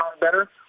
better